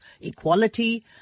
equality